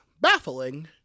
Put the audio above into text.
baffling